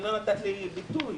לא נתת לי ביטוי.